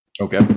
okay